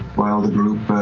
while the group